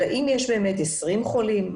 האם יש באמת 20 חולים,